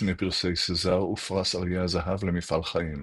שני פרסי סזאר ופרס אריה הזהב למפעל חיים.